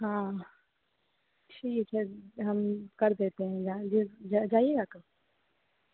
हाँ ठीक है हम कर देते है जा जाइएगा कब